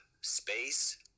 space